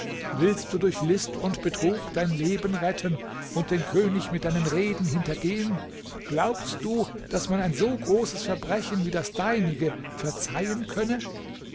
willst du durch list und betrug dein leben retten und den könig mit deinen reden hintergehen glaubst du daß man ein so großes verbrechen wie das deinige verzeihen könne